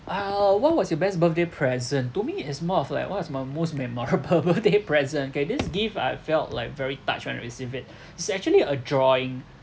oh what was your best birthday present to me is more of like what was my most memorable birthday present okay this gift I felt like very touched when receive it's actually a drawing